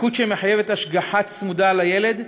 לקות שמחייבת השגחה צמודה על הילד,